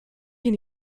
hier